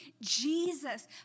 Jesus